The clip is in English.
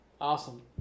Awesome